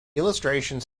illustrations